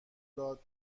داد